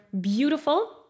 beautiful